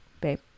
babe